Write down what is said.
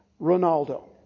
Ronaldo